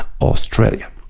Australia